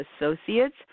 associates